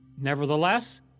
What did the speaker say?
Nevertheless